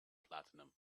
platinum